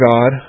God